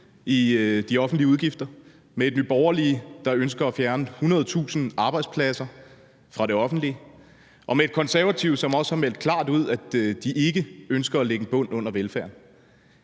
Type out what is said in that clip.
i de offentlige udgifter, med et Nye Borgerlige, der ønsker at fjerne 100.000 arbejdspladser fra det offentlige, og med et Konservative, som også har meldt klart ud, at de ikke ønsker at lægge en bund under velfærden.